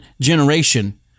generation